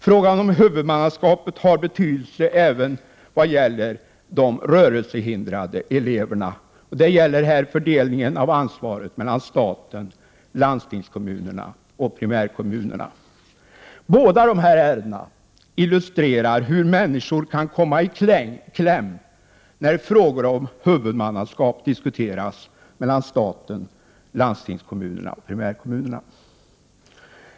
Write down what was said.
Frågan om huvudmannaskapet har betydelse även vad gäller de rörelsehindrade eleverna. Det gäller här fördelningen av ansvaret mellan staten, landstingskommunerna och primärkommunerna. Båda dessa ärenden illustrerar hur människor kan komma i kläm när frågor om huvudmannaskap diskuteras mellan staten, landstingskommunerna och primärkommunerna.